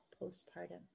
postpartum